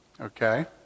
Okay